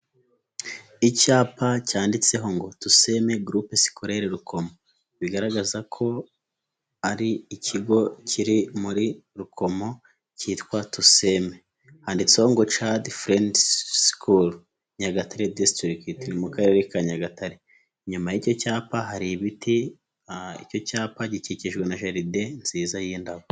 Icyapa cyanditseho ngo tuseme gurupe sikolele rukomo, bigaragaza ko ari ikigo kiri muri rukomo cyitwa tuseme, handitseho ngo cadi furendi sikulu Nyagatare disitirigiti kiri mu karere ka Nyagatare, inyuma y'icyo cyapa hari ibiti, icyo cyapa gikikijwe na jaride nziza y'indabo.